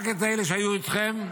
רק את אלה שהיו אתכם,